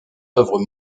œuvres